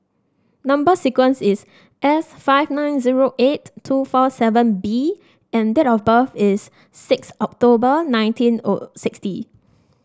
number sequence is S five nine zero eight two four seven B and date of birth is six October nineteen sixty